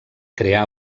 creà